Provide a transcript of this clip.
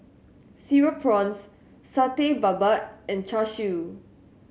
Cereal Prawns Satay Babat and Char Siu